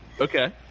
Okay